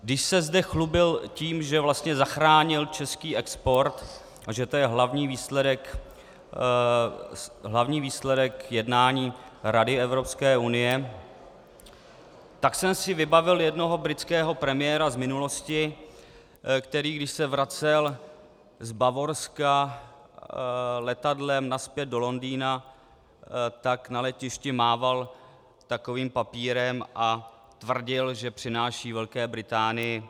Když se zde chlubil tím, že vlastně zachránil český export a že to je hlavní výsledek jednání Rady Evropské unie, tak jsem si vybavil jednoho britského premiéra z minulosti, který když se vracel z Bavorska letadlem nazpět do Londýna, tak na letišti mával takovým papírem a tvrdil, že přináší Velké Británii mír.